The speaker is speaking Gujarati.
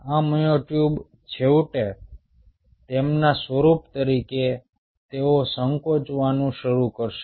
આ મ્યોટ્યુબ છેવટે તેમના સ્વરૂપ તરીકે તેઓ સંકોચાવાનું શરૂ કરશે